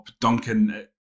Duncan